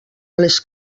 les